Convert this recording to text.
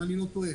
אם אני לא טועה.